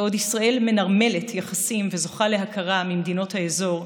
בעוד ישראל מנרמלת יחסים וזוכה להכרה ממדינות האזור,